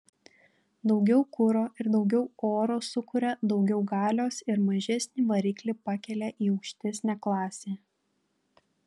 daugiau kuro ir daugiau oro sukuria daugiau galios ir mažesnį variklį pakelia į aukštesnę klasę